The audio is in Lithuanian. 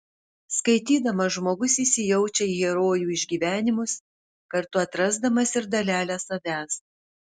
skaitydamas žmogus įsijaučia į herojų išgyvenimus kartu atrasdamas ir dalelę savęs